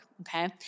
okay